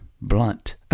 blunt